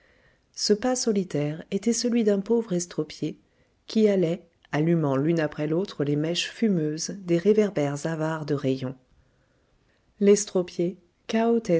ce pas solitaire était celui d'un pauvre estropié qui allait allumant l'une après l'autre les mèches fumeuses des réverbères avares de rayons